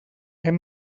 hem